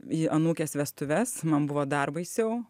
į anūkės vestuves man buvo dar baisiau